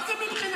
מה זה מבחינתו?